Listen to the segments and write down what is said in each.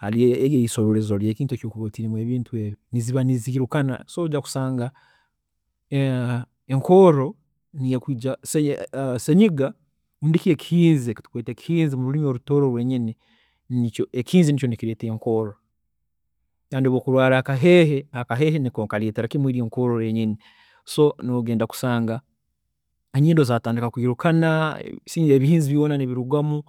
﻿Eri eisoroorezo ry'ekintu eki okuba otiiremu ebintu ebi, niziba nizirukanaa. So nojya kusanga enkoorro niyo ekwiija, senyiga rundi ki ekihiinzi, ekitukweeta ekihiinzi mururimi orutooro rwenyini, nikyo, ekihiinzi nikyo kikureeta enkoorro. Kandi obu okurwaara akaheehe, akaheehe niko kareeta enkoorro eri yenyini, so nogenda kusanga enyindo zaatandika kwiirukana, ebi- ebihiinzi byoona nibirugamu,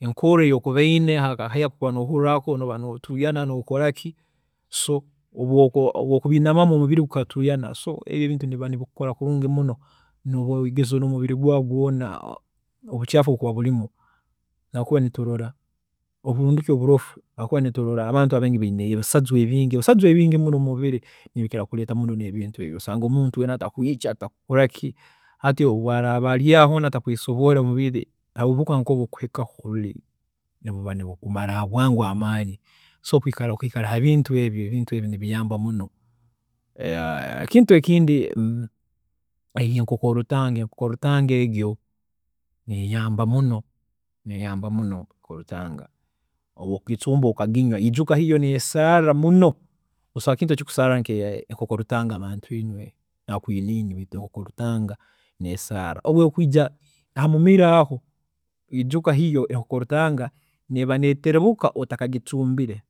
enkoorro eyo ikuba oyine, akaheehe aku okuba noohuurra ako nooba notuuyana nokoraki, so obu okubiinamamu omubiri gukatuuyana, so ebi ebintu nibiba nibikukora kulungi muno nogeza omubiri gwaawe gwoona ebicaafu ebikuba birumu habwookuba niturola abantu abaine ebisajwa bingi, ebisajwa ebingi muno mumubiri nibikira kuireeta muno ebintu ebi, osanga omuntu weena atakwiikya, atakukoraki, hati obu araaba aryaaho weena atakweesobola omubiri, obuhuka nkoobu obu bukuhika mumubiri, nibiba nibikumara bwangu amaani. So kwikara habintu nkeebi, ebintu ebi nibiyamba mino. Ekintu ekindi enkoko rutanga, enkoko rutanga egyo eyamba muno, eyamba muno enkoko rutanga, obu okugicumba okaginywa, ijuka hiyo neesaarra muno, busaho kintu ekikusaarra nka enkoko rutanga bantu inywe, na quinin, enkoko rutanga nesaarra, obu ekwiija hamumiro aho, ijuka hiyo enkoko rutanga neeba neeteremuka otakagicuumbire.